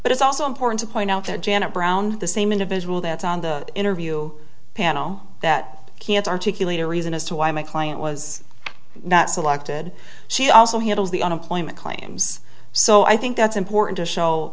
but it's also important to point out that janet browne the same individual that's on the interview panel that can't articulate a reason as to why my client was not selected she also had all the unemployment claims so i think that's important to show